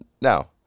Now